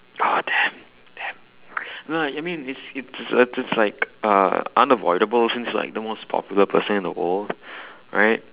oh damn damn no I mean it's uh it's just like uh unavoidable since like the most popular person in the world right